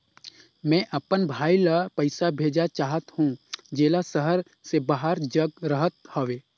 मैं अपन भाई ल पइसा भेजा चाहत हों, जेला शहर से बाहर जग रहत हवे